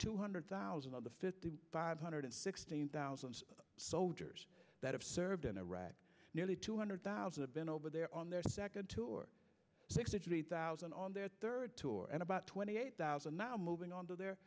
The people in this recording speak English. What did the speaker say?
two hundred thousand of the fifty five hundred sixteen thousand soldiers that have served in iraq nearly two hundred thousand have been over there on their second tour sixty three thousand on their third tour and about twenty eight thousand now moving on to their